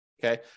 Okay